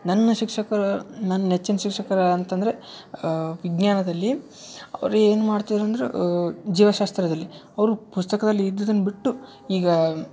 ನನ್ನ ಶಿಕ್ಷಕರು ನನ್ನ ನೆಚ್ಚಿನ ಶಿಕ್ಷಕರು ಯಾರು ಅಂತಂದರೆ ವಿಜ್ಞಾನದಲ್ಲಿ ಅವ್ರು ಏನು ಮಾಡ್ತೀರ ಅಂದ್ರ ಜೀವಶಾಸ್ತ್ರದಲ್ಲಿ ಅವ್ರು ಪುಸ್ತಕದಲ್ಲಿ ಇದ್ದದ್ದನ್ನ ಬಿಟ್ಟು ಈಗ